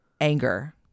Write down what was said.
anger